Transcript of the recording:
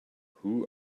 who